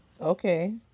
Okay